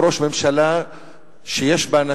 הוא ראש ממשלה שיש בה,